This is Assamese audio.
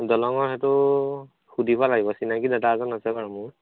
দলঙৰ সেইটো সুধিব লাগিব চিনাকী দাদা এজন আছে বাৰু মোৰ